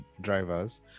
drivers